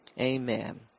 Amen